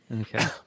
Okay